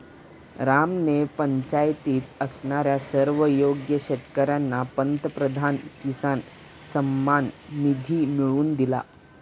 रामने पंचायतीत असणाऱ्या सर्व योग्य शेतकर्यांना पंतप्रधान किसान सन्मान निधी मिळवून दिला